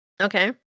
Okay